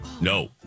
No